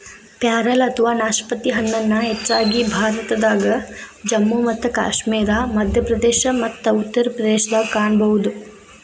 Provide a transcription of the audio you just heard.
ಪ್ಯಾರಲ ಅಥವಾ ನಾಶಪತಿ ಹಣ್ಣನ್ನ ಹೆಚ್ಚಾಗಿ ಭಾರತದಾಗ, ಜಮ್ಮು ಮತ್ತು ಕಾಶ್ಮೇರ, ಮಧ್ಯಪ್ರದೇಶ ಮತ್ತ ಉತ್ತರ ಪ್ರದೇಶದಾಗ ಕಾಣಬಹುದು